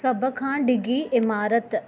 सभ खां ॾिघी इमारत